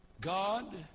God